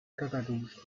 kakadus